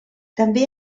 també